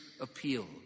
appeal